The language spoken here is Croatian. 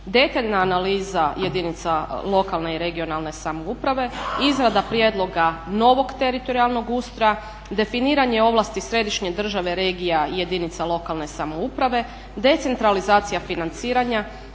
Detaljna analiza jedinica lokalne i regionalne samouprave, izrada prijedloga novog teritorijalnog ustroja, definiranje ovlasti središnje države regija jedinica lokalne samouprave, decentralizacija financiranja,